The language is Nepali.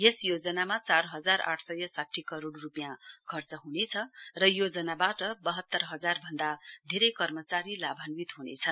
यस योजनामा चार हजार आठ सय साठी करोड़ रुपियाँ खर्च हुनेछ र योजनाबाट वहत्तर हजार भन्द धेरै कर्मचारी लाभान्वित हुनेछ